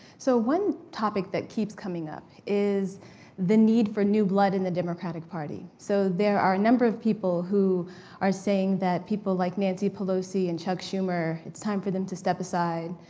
so one topic that keeps coming up is the need for new blood in the democratic party. so there are a number of people who are saying that people like nancy pelosi and chuck schumer, it's time for them to step aside.